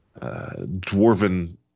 dwarven